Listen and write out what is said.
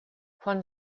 von